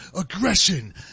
aggression